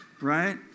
Right